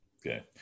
Okay